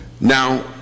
Now